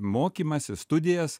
mokymąsi studijas